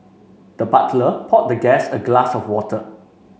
the butler poured the guest a glass of water